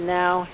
now